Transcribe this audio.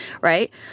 right